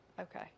Okay